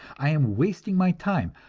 i am wasting my time.